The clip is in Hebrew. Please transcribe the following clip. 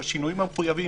בשינויים המחויבים,